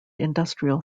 industrial